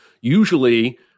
Usually